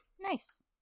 Nice